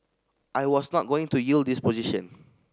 I was not going to yield this position